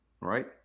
right